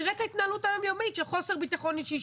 תראה את ההתנהלות היום יומית של חוסר ביטחון אישי,